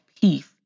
peace